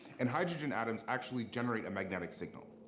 and hydrogen atoms actually generate a magnetic signal.